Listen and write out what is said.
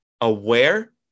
aware